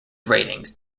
ratings